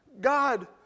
God